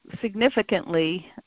significantly